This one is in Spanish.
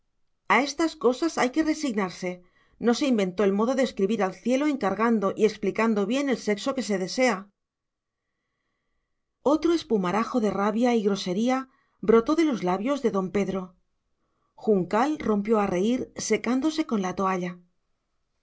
a estas cosas hay que resignarse no se inventó el modo de escribir al cielo encargando y explicando bien el sexo que se desea otro espumarajo de rabia y grosería brotó de los labios de don pedro juncal rompió a reír secándose con la toalla